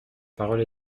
parole